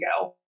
go